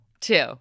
Two